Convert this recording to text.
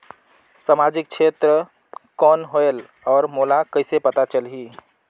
समाजिक क्षेत्र कौन होएल? और मोला कइसे पता चलही?